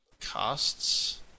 Costs